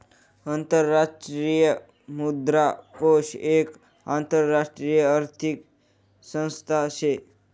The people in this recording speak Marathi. आंतरराष्ट्रीय मुद्रा कोष एक आंतरराष्ट्रीय आर्थिक संस्था शे